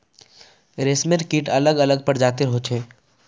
रेशमेर कीट अलग अलग प्रजातिर होचे